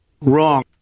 Wrong